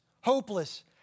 hopeless